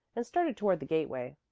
and started toward the gateway.